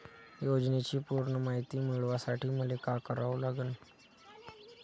योजनेची पूर्ण मायती मिळवासाठी मले का करावं लागन?